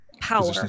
power